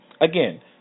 Again